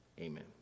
amen